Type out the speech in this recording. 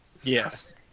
Yes